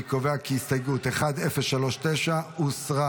אני קובע כי הסתייגות 1039 הוסרה.